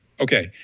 Okay